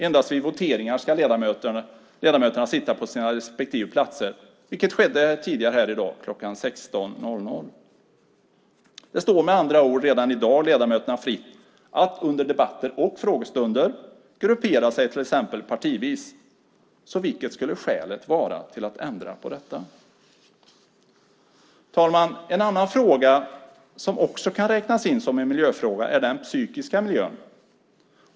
Endast vid voteringar ska ledamöterna sitta på sina respektive platser, vilket skedde tidigare här i dag kl. 16. Det står med andra ord redan i dag ledamöterna fritt att under debatter och frågestunder gruppera sig till exempel partivis. Vilket skulle skälet vara till att ändra på detta? Fru talman! Något annat som också kan räknas som en miljöfråga är den psykiska miljön.